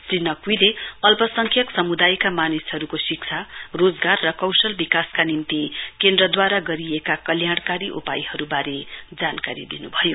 श्री नकनीले अल्पसंख्यक समुदायका मानिसहरुको शिक्षारोजगार र कोशल विकासका निम्ति केन्द्रदूवारा गरिएका कल्याणकारी उपायहरुवारे जानकारी दिनुभयो